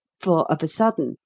for of a sudden,